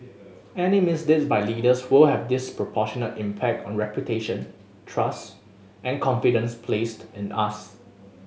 any misdeeds by leaders will have disproportionate impact on reputation trust and confidence placed in us